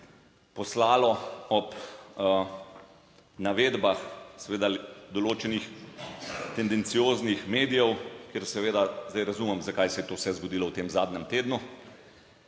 poslalo ob navedbah seveda določenih tendencioznih medijev, ker seveda zdaj razumem, zakaj se je to vse zgodilo v tem zadnjem tednu.